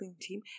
team